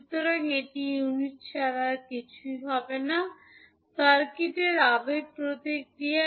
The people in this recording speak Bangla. সুতরাং এটি ইউনিট ছাড়া কিছুই হবে না সার্কিটের আবেগ প্রতিক্রিয়া